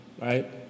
right